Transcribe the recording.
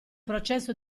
processo